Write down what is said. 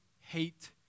hate